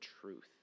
truth